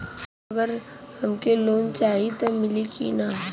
अगर हमके लोन चाही त मिली की ना?